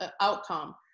outcome